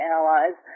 Allies